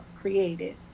created